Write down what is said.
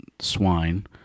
swine